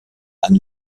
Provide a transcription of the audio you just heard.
eine